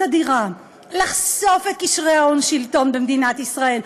אדירה לחשוף את קשרי ההון שלטון במדינת ישראל,